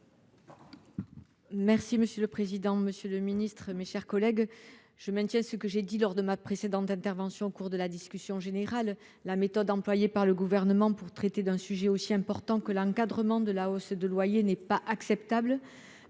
vote. Monsieur le président, monsieur le ministre, mes chers collègues, je maintiens les propos que j'ai tenus lors de la discussion générale : la méthode employée par le Gouvernement pour traiter d'un sujet aussi important que l'encadrement de la hausse des loyers n'est pas acceptable.